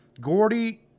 Gordy